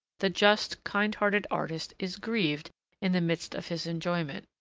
the just, kind-hearted artist is grieved in the midst of his enjoyment.